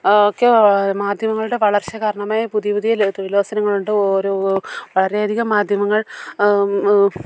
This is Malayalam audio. ഒക്കെ മാധ്യമങ്ങളുടെ വളർച്ച കാരണം പുതിയ പുതിയ തൊഴിലവസരങ്ങളുണ്ട് ഒരോ വളരെയധികം മാധ്യമങ്ങൾ